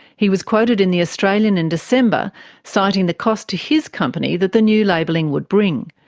he was quoted in the australian in december citing the cost to his company that the new labelling would bring,